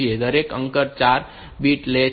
તેથી દરેક અંક 4 બીટ લે છે